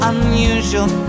Unusual